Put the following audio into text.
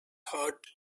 heart